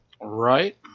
Right